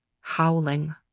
howling